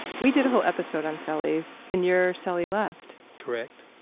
we did a whole episode on cellies and your cellie left correct